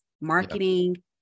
marketing